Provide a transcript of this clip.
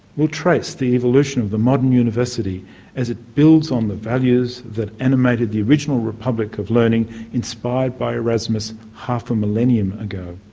will trace the evolution of the modern university as it builds on the values that animated the original republic of learning inspired by erasmus half a millennium ago.